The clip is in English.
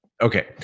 Okay